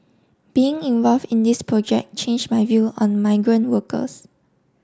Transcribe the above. being involve in this project change my view on migrant workers